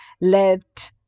let